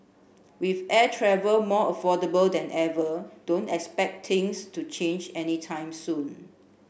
with air travel more affordable than ever don't expect things to change any time soon